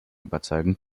überzeugen